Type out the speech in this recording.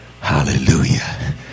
Hallelujah